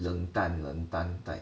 冷淡冷淡 type